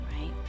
right